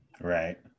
Right